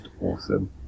awesome